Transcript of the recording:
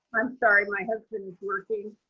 i'm sorry. my husband is working.